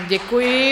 Děkuji.